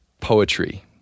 poetry